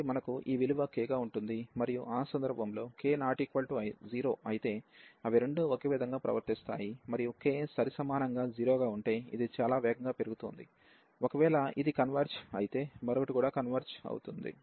కాబట్టి మనకు ఈ విలువ k గా ఉంటుంది మరియు ఆ సందర్భంలో k ≠ 0 అయితే అవి రెండూ ఒకే విధంగా ప్రవర్తిస్తాయి మరియు k సరిసమానంగా 0 గా ఉంటే ఇది చాలా వేగంగా పెరుగుతోంది ఒకవేళ ఇది కన్వెర్జ్ అయితే మరొకటి కూడా కన్వెర్జ్ అవుతుంది